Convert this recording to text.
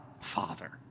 Father